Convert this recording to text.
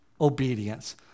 obedience